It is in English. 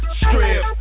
strip